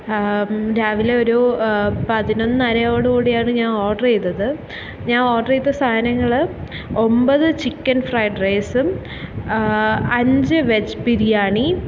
രാവിലെ ഒരു പതിനൊന്നരയോടുകൂടിയാണ് ഞാൻ ഓർഡർ ചെയ്തത് ഞാൻ ഓർഡർ ചെയ്ത സാധനങ്ങൾ ഒൻപത് ചിക്കൻ ഫ്രൈഡ് റൈസും അഞ്ച് വെജ് ബിരിയാണി